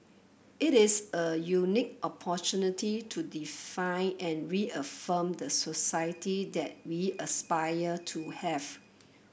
it is a unique opportunity to define and reaffirm the society that we aspire to have